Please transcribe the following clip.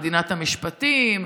מדינת המשפטים,